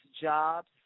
jobs